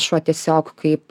šuo tiesiog kaip